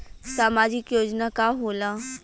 सामाजिक योजना का होला?